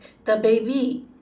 the baby